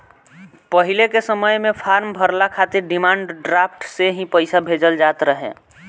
पहिले के समय में फार्म भरला खातिर डिमांड ड्राफ्ट से ही पईसा भेजल जात रहे